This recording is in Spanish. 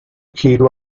giro